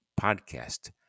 podcast